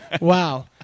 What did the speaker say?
Wow